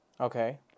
Okay